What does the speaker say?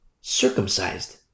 circumcised